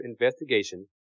investigation